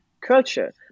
culture